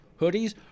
hoodies